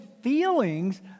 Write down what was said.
feelings